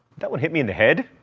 that one hit me in the head?